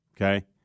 Okay